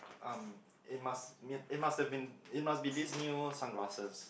um it must meet it must have been it must be this new sunglasses